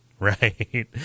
right